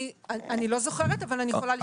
אני לא זוכרת, אבל אני יכולה לשאול.